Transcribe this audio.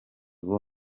ubu